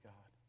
God